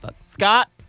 Scott